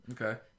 Okay